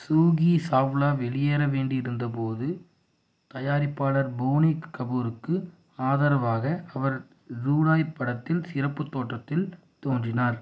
ஜூஹி சாவ்லா வெளியேற வேண்டியிருந்தபோது தயாரிப்பாளர் போனி கபூருக்கு ஆதரவாக அவர் ஜுடாய் படத்தில் சிறப்பு தோற்றத்தில் தோன்றினார்